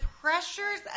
pressures